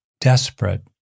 desperate